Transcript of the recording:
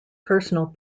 personal